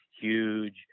huge